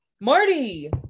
Marty